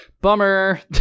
Bummer